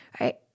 right